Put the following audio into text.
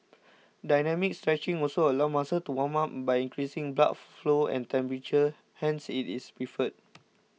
dynamic stretching also allows muscles to warm up by increasing blood flow and temperature hence it is preferred